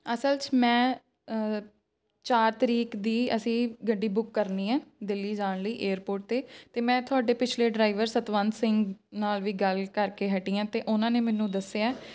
ਅਸਲ 'ਚ ਮੈਂ ਚਾਰ ਤਰੀਕ ਦੀ ਅਸੀਂ ਗੱਡੀ ਬੁੱਕ ਕਰਨੀ ਹੈ ਦਿੱਲੀ ਜਾਣ ਲਈ ਏਅਰਪੋਰਟ 'ਤੇ ਅਤੇ ਮੈਂ ਤੁਹਾਡੇ ਪਿਛਲੇ ਡਰਾਈਵਰ ਸਤਵੰਤ ਸਿੰਘ ਨਾਲ ਵੀ ਗੱਲ ਕਰਕੇ ਹਟੀ ਹਾਂ ਅਤੇ ਉਹਨਾਂ ਨੇ ਮੈਨੂੰ ਦੱਸਿਆ